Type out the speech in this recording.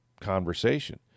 conversation